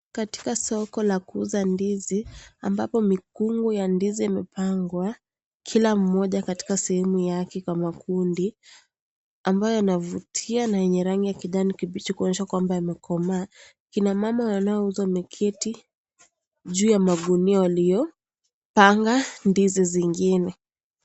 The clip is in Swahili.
Katika soko la kuuza ndizi ambapo mikungu ya ndizi imepangwa, kila mmoja kwa sehemu yake kwa makundi ambayo yanavutia na yenye rangi ya kijani kibichi kuonyesha kwamba wamekomaa. Kina mama wanauza wameketi juu ya magunia Kenya ndizi zingine.